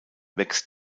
wächst